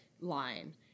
line